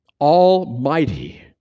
almighty